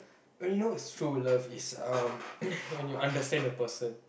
when you it's true love is uh when you understand the person